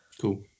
Cool